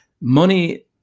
money